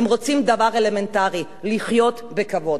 הם רוצים דבר אלמנטרי: לחיות בכבוד.